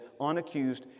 unaccused